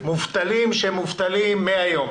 למובטלים שהם מובטלים מהיום.